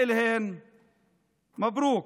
מברוכ.